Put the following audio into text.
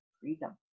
freedom